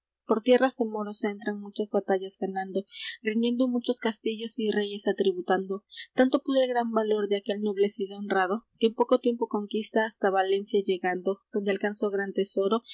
por tierras de moros entran muchas batallas ganando rindiendo muchos castillos y reyes atributando tanto pudo el gran valor de aquel noble cid honrado que en poco tiempo conquista hasta valencia llegando donde alcanzó gran tesoro